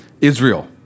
Israel